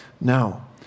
now